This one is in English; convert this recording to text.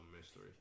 mystery